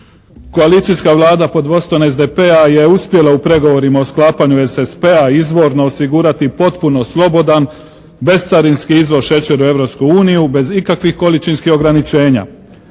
Koalicijska Vlada pod vodstvom SDP-a je uspjela u pregovorima o sklapanju SSP-a izvorno osigurati potpuno slobodan bescarinski izvoz šećera u Europsku uniju bez ikakvih količinskih ograničenja.